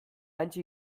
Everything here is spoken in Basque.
hantxe